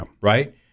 Right